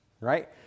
right